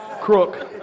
Crook